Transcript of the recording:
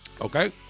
Okay